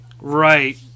Right